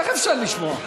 איך אפשר לשמוע?